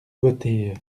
votée